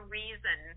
reason